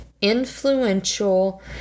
influential